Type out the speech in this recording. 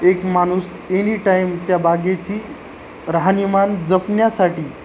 एक माणूस any time त्या बागेची राहणीमान जपन्यासाठी